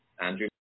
Andrew